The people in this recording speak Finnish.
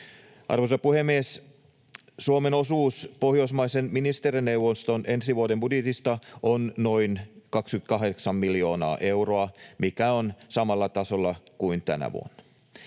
Arvoisa puhemies! Suomen osuus Pohjoismaisen ministerineuvoston ensi vuoden budjetista on noin 28 miljoonaa euroa, mikä on samalla tasolla kuin tänä vuonna.